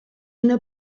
una